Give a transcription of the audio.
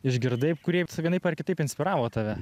išgirdai kurie vienaip ar kitaip inspiravo tave